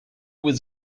was